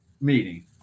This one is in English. meeting